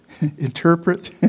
interpret